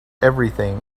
everything